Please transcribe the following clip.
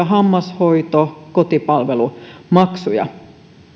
hammashoito ja kotipalvelumaksuja